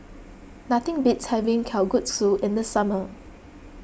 nothing beats having Kalguksu in the summer